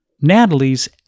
Natalie's